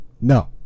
No